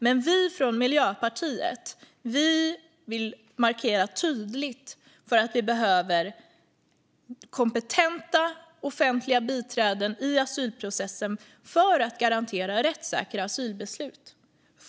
Men vi i Miljöpartiet vill markera tydligt för att vi behöver kompetenta offentliga biträden i asylprocessen för att garantera rättssäkra asylbeslut.